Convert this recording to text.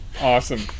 awesome